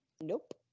Nope